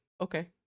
okay